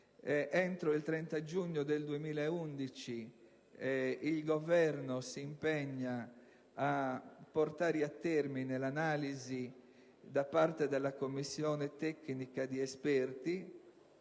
Entro il 30 giugno 2011 il Governo si impegna a portare a termine l'analisi da parte della commissione tecnica di esperti;